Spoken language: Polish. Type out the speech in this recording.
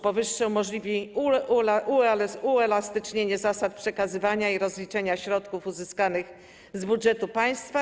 Powyższe umożliwi uelastycznienie zasad przekazywania i rozliczania środków uzyskanych z budżetu państwa.